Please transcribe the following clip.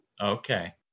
Okay